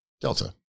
Delta